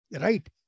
right